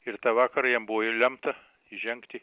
ir tą vakarą jam buvo lemta įžengti